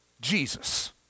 Jesus